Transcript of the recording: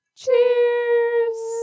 cheers